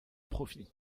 profit